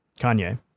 Kanye